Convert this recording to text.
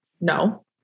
No